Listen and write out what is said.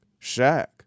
Shaq